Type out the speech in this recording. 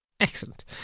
Excellent